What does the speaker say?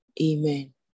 Amen